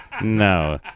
No